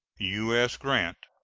u s. grant.